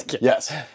Yes